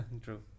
True